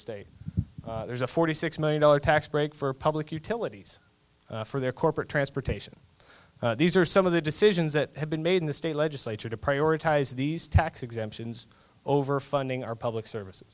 state there's a forty six million dollars tax break for public utilities for their corporate transportation these are some of the decisions that have been made in the state legislature to prioritize these tax exemptions over funding our public services